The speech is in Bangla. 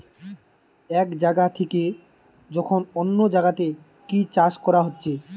এক জাগা থিকে যখন অন্য জাগাতে কি চাষ কোরা হচ্ছে